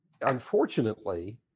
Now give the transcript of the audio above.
Unfortunately